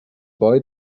boy